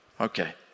okay